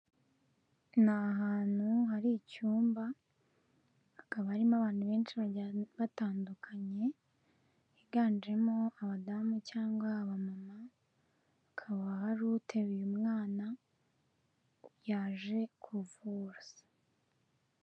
Ni ahantu hari icyumba akaba arimo abantu benshi batandukanye higanjemo abadamu cyangwa abamama hakaba hari uteruye mwana yaje kuvuza.